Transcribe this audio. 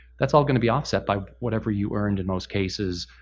that's all going to be offset by whatever you earned, in most cases,